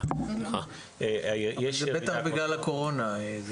זה בטח בגלל הקורונה.